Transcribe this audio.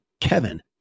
KEVIN